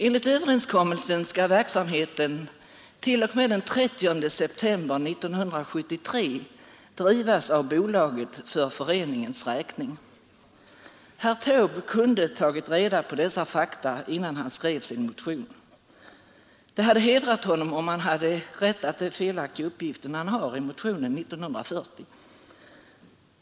Enligt överenskommelsen skall verksamheten t.o.m. den 30 september 1973 drivas av bolaget för föreningens räkning. Herr Taube borde tagit reda på dessa fakta innan han skrev sin motion. Det hade hedrat honom, om han hade rättat till den felaktiga uppgiften i motionen 1940.